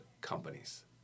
companies